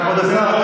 כבוד השר,